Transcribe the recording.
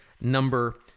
number